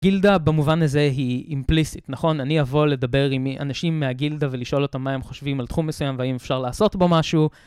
גילדה במובן הזה היא אימפליסטית, נכון? אני אבוא לדבר עם אנשים מהגילדה ולשאול אותם מה הם חושבים על תחום מסוים והאם אפשר לעשות בו משהו.